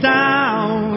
down